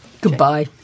Goodbye